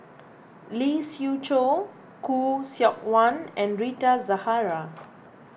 Lee Siew Choh Khoo Seok Wan and Rita Zahara